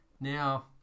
Now